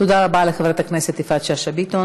תודה רבה לחברת הכנסת שאשא ביטון.